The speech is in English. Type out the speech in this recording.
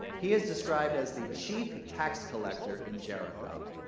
he is described as the chief tax collector in jericho.